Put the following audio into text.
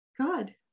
God